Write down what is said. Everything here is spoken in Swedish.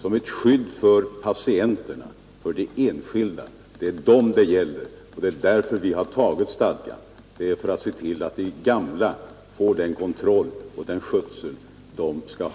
som ett skydd för patienterna. Det är de enskilda människorna det gäller, och vi har antagit stadgan för att se till, att patienterna garanteras den vård de skall ha.